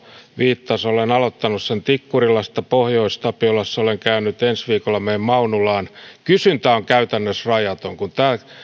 viittasi olen aloittanut tikkurilasta pohjois tapiolassa olen käynyt ensi viikolla menen maunulaan kysyntä on käytännössä rajaton kun